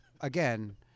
again